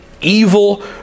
evil